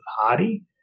party